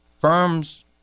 firms